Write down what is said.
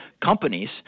companies